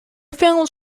films